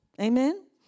Amen